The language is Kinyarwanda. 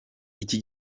iki